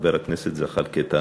חבר הכנסת זחאלקה,